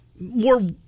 more